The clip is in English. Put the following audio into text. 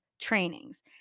trainings